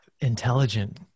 intelligent